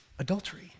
Adultery